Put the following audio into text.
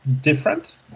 different